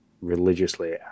religiously